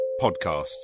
podcasts